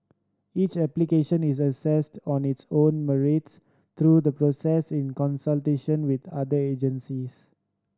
each application is assessed on its own merits through the process in consultation with other agencies